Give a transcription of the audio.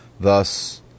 thus